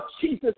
Jesus